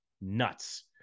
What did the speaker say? nuts